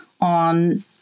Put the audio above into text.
on